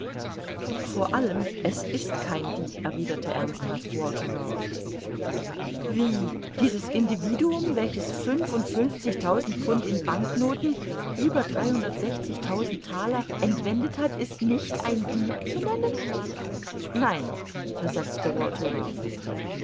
vor allem es ist kein dieb erwiderte ernsthaft walther ralph wie dieses individuum welches fünfundfünfzigtausend pfund in banknoten über taler entwendet hat ist nicht ein dieb zu nennen nein versetzte